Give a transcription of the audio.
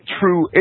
true